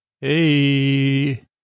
Hey